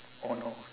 oh no